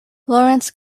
lawrence